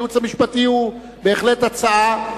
הייעוץ המשפטי הוא בהחלט הצעה,